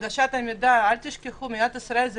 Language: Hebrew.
הנגשת מידע אל תשכחו שמדינת ישראל זה